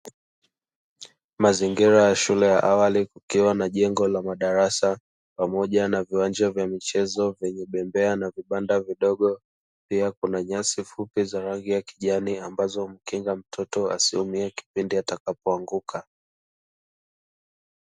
Mazingira ya shule ya awali, kukiwa na jengo la madarasa pamoja na viwanja vya michezo vyenye bembea, pamoja na viwanja vidogo. Pia kuna nyasi fupi za rangi ya kijani ambazo humkinga mtoto asiumie kipindi atakapoanguka.